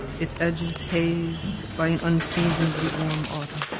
its edges hazed by an unseasonably warm autumn.